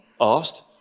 asked